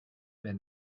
been